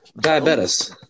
Diabetes